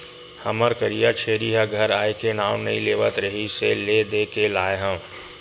हमर करिया छेरी ह घर आए के नांव नइ लेवत रिहिस हे ले देके लाय हँव